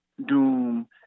doom